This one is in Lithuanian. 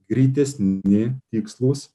greitesni tikslūs